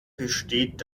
besteht